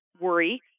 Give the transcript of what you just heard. worry